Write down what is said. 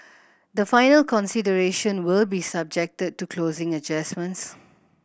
the final consideration will be subjected to closing adjustments